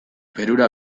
perura